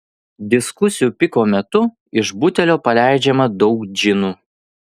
diskusijų piko metu iš butelio paleidžiama daug džinų